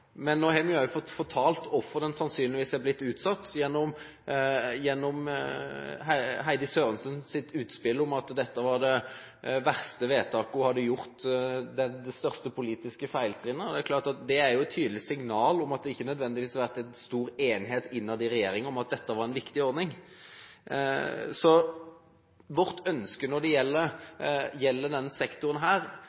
Men nå har vi også blitt fortalt hvorfor den sannsynligvis er blitt utsatt, gjennom representanten Heidi Sørensens utspill om at dette var det verste vedtaket og det største politiske feiltrinnet hun hadde gjort. Det er jo et tydelig signal om at det ikke nødvendigvis har vært stor enighet innad i regjeringen om at dette var en viktig ordning. Vårt ønske når det gjelder